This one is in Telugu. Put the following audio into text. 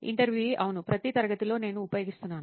ఇంటర్వ్యూఈ అవును ప్రతి తరగతిలో నేను ఉపయోగిస్తాను